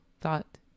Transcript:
thought